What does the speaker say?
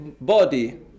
body